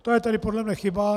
To je tedy podle mne chyba.